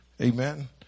Amen